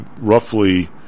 roughly